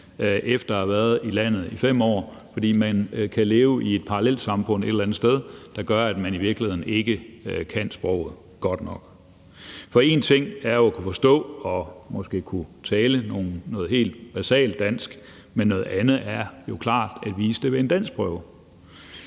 efter have været i landet i 5 år, fordi man kan leve i et parallelsamfund et eller andet sted, der gør, at man i virkeligheden ikke kan sproget godt nok. En ting er jo at kunne forstå og måske kunne tale noget helt basalt dansk, men noget andet er klart at kunne vise det ved en danskprøve.